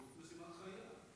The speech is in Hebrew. משימת חיים.